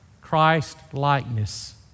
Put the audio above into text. Christ-likeness